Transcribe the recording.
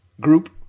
group